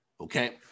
okay